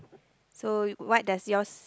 so what does yours